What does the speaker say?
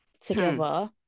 together